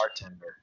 bartender